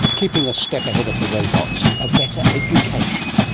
keeping a step ahead of the robots. a better education.